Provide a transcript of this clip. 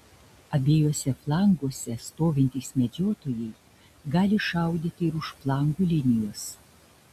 abiejuose flanguose stovintys medžiotojai gali šaudyti ir už flangų linijos